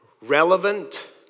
relevant